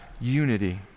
unity